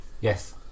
Yes